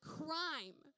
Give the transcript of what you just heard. crime